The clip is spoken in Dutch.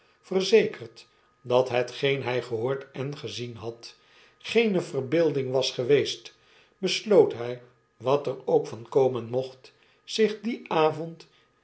verzekerd dathetgeen hy gehoord en gezien had geene verbeelding was geweest besloot hy water ook van komen mocht zich dien avond